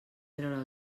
treure